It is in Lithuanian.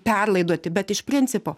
perlaidoti bet iš principo